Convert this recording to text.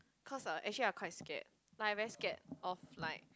cause uh actually I quite scared like I very scared of like